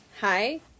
Hi